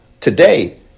today